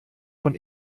von